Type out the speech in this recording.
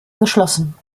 geschlossen